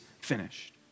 finished